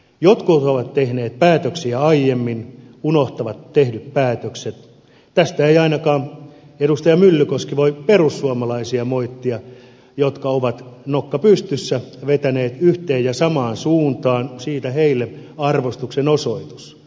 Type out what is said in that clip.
jotkut ovat tehneet päätöksiä aiemmin unohtavat tehdyt päätökset tästä ei edustaja myllykoski voi ainakaan perussuomalaisia moittia jotka ovat nokka pystyssä vetäneet yhteen ja samaan suuntaan siitä heille arvostuksen osoitus